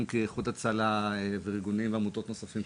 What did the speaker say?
כאיחוד הצלה וארגונים ועמותות נוספים,